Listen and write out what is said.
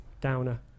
downer